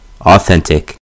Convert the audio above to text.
authentic